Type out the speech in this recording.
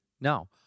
No